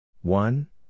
One